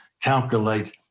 calculate